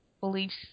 beliefs